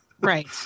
Right